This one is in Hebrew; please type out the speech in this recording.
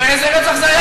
אחרי איזה רצח זה היה?